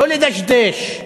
לא לדשדש.